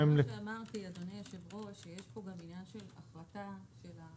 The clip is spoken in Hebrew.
לכן אמרתי שיש פה גם עניין של החלטה שלך,